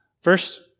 First